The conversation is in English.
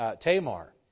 Tamar